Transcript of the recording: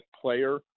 player